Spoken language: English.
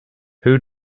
who